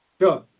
Sure